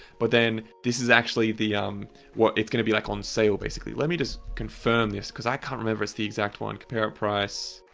but then this is actually the what it's going to be like on sale basically. let me just confirm this because i can't remember if it's the exact one compare at price.